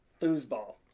Foosball